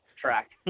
track